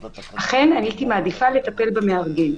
אכן, הייתי מעדיפה לטפל במארגן.